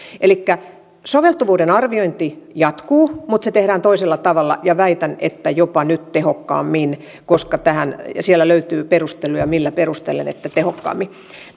soveltuvuuden arviointi jatkuu mutta se tehdään toisella tavalla ja väitän että jopa nyt tehokkaammin koska siellä löytyy perusteluja millä perustelen että tehokkaammin